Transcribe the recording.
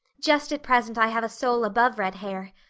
just at present i have a soul above red hair.